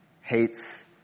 hates